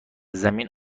زمین